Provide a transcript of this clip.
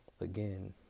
again